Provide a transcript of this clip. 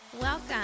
Welcome